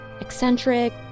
Eccentric